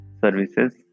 services